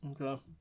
Okay